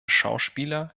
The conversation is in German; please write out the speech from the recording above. schauspieler